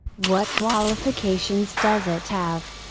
what qualifications does it have?